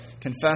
confess